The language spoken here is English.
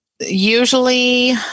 usually